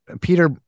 Peter